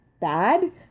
bad